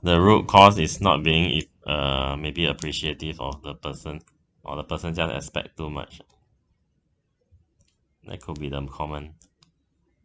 the root cause is not being it uh maybe appreciative of the person or the person just expect too much like